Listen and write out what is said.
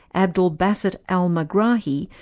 abdel basset al-megrahi,